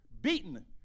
beaten